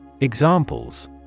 Examples